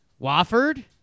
Wofford